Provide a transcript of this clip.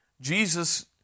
Jesus